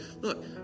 Look